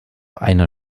einer